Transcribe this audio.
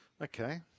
Okay